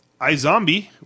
iZombie